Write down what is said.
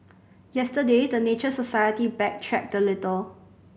yesterday the Nature Society backtracked a little